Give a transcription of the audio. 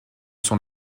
sont